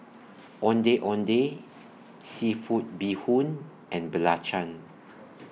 Ondeh Ondeh Seafood Bee Hoon and Belacan